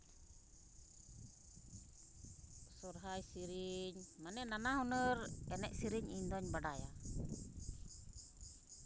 ᱥᱚᱨᱦᱟᱭ ᱥᱤᱨᱤᱧ ᱢᱟᱱᱮ ᱱᱟᱱᱟᱦᱩᱱᱟᱹᱨ ᱮᱱᱮᱡ ᱥᱤᱨᱤᱧ ᱤᱧ ᱫᱚᱧ ᱵᱟᱰᱟᱭᱟ